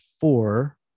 four